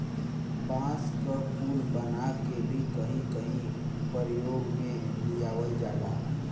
बांस क पुल बनाके भी कहीं कहीं परयोग में लियावल जाला